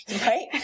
Right